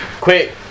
Quick